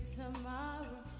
tomorrow